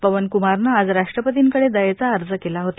पवन कुमारनं आज राष्ट्रपतींकडे दयेचा अर्ज केला होता